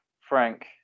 Frank